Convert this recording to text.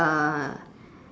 uh